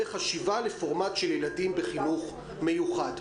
חשיבה לפורמט של ילדים בחינוך מיוחד.